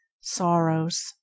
sorrows